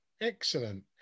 Excellent